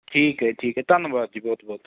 ਠੀਕ ਹੈ ਠੀਕ ਹੈ ਧੰਨਵਾਦ ਜੀ ਬਹੁਤ ਬਹੁਤ